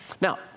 Now